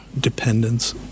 dependence